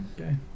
Okay